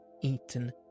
eaten